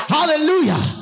Hallelujah